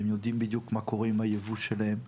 הם יודעים בדיוק מה קורה עם הייבוא שלהם.